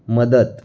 मदत